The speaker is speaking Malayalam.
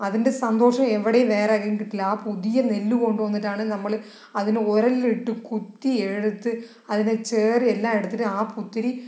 അതിൻ്റെ സന്തോഷം എവിടെയും വേറെ എവിടേയും കിട്ടില്ല ആ പുതിയ നെല്ല് കൊണ്ട് വന്നിട്ടാണ് നമ്മള് അതിനെ ഉരലിൽ ഇട്ട് കുത്തി എടുത്ത് അതിന്റെ ചേറ് എല്ലാം ഇടത്തിട്ട് ആ കുത്തിരി